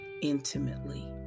intimately